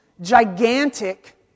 gigantic